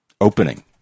opening